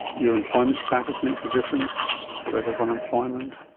your employment status makes a difference, level of unemployment.